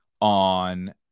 on –